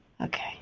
Okay